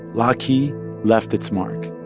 laki left its mark